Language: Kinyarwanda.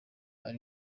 ari